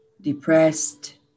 depressed